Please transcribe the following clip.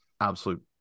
absolute